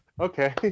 okay